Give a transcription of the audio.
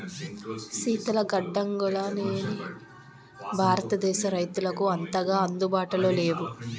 శీతల గడ్డంగులనేవి భారతదేశ రైతులకు అంతగా అందుబాటులో లేవు